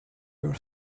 your